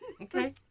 Okay